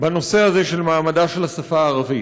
בנושא מעמדה של השפה הערבית.